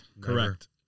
Correct